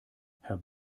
herr